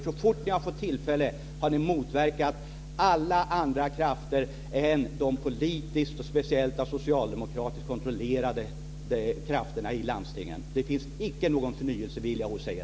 Så fort ni har fått tillfälle har ni motverkat alla andra krafter än de politiskt och speciellt av socialdemokraterna kontrollerade krafterna i landstingen. Det finns icke någon förnyelsevilja hos er.